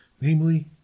namely